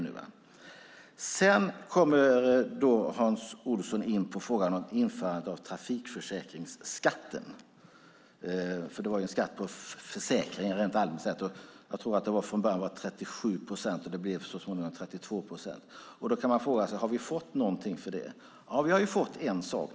Hans Olsson kommer sedan in på frågan om införandet av trafikförsäkringsskatten. Det var en skatt på försäkringar rent allmänt sett. Jag tror att det från början var 37 procent, och så småningom blev det 32 procent. Man kan fråga sig om vi har fått någonting för det. Ja, vi har fått en sak.